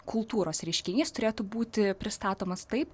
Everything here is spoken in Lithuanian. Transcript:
kultūros reiškinys turėtų būti pristatomas taip